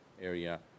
area